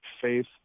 Faith